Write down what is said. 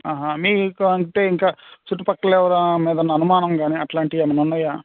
మీకంటే ఇంకా చుట్టుపక్కల ఎవరి మీదన్నా అనుమానం గానీ అట్లాంటివి ఏమన్నా ఉన్నాయా